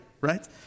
right